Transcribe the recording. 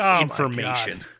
information